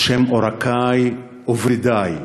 בשם עורקי וורידי,